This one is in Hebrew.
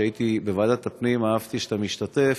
כשהייתי בוועדת הפנים אהבתי שאתה משתתף,